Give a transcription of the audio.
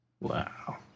Wow